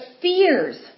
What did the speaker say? fears